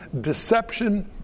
deception